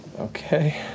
Okay